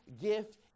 gift